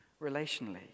relationally